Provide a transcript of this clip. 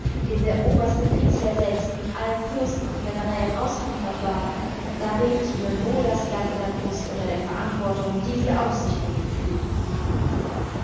dem der oberste kriegsherr selbst mit allen fürsten und generälen ausgeliefert war da bebte ihnen wohl das herz in der brust unter der verantwortung die sie auf sich gelegt fühlten